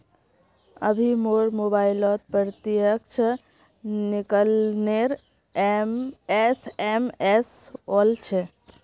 अभी मोर मोबाइलत प्रत्यक्ष विकलनेर एस.एम.एस वल छ